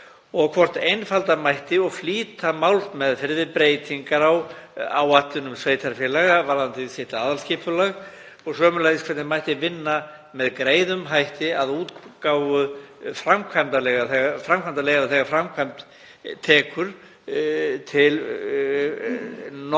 og hvort einfalda mætti og flýta málsmeðferð við breytingar á áætlunum sveitarfélaga varðandi sitt aðalskipulag og sömuleiðis hvernig mætti vinna með greiðum hætti að útgáfu framkvæmdaleyfa þegar framkvæmd tekur til nokkurra